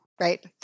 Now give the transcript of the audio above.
Right